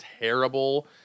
terrible